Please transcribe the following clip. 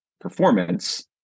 performance